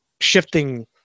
shifting